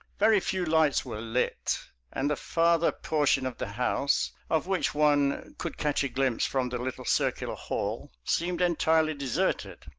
very few lights were lit and the farther portion of the house, of which one could catch a glimpse from the little circular hall, seemed entirely deserted.